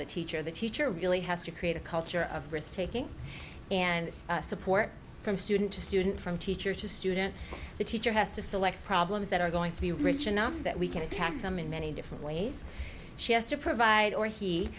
the teacher the teacher really has to create a culture of risk taking and support from student to student from teacher to student the teacher has to select problems that are going to be rich enough that we can attack them in many different ways she has to provide or he